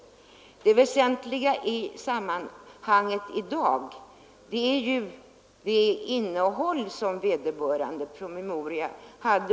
Då vill jag framhålla att det väsentliga i sammanhanget i dag är det innehåll som promemorian i fråga har.